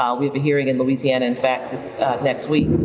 um we have a hearing in louisiana, in fact this next week,